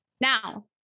Now